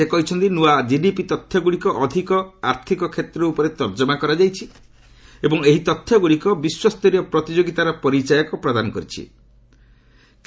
ସେ କହିଛନ୍ତି ନୂଆ ଜିଡିପି ତଥ୍ୟଗୁଡ଼ିକ ଅଧିକ ଆର୍ଥିକ କ୍ଷେତ୍ର ଉପରେ ତର୍କମା କରାଯାଇଛି ଏବଂ ଏହି ତଥ୍ୟଗୁଡ଼ିକ ବିଶ୍ୱସ୍ତରୀୟ ପ୍ରତିଯୋଗିତାର ପରିଚାୟକ ପ୍ରଦାନ କରିବେ